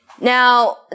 now